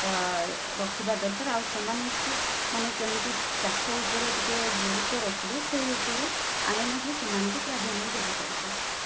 ତ ରଖିବା ଦରକାର ଆଉ ସେମାନଙ୍କୁ ମାନେ କେମିତି ଚାଷ ଉପରେ ଟିକେ ଗୁରୁତ୍ୱ ରଖିବେ ସେଇ ଉପରେ ଆମେ ମଧ୍ୟ ସେମାନଙ୍କୁ ପ୍ରାଧାନ୍ୟ ଦେବା ଦରକାର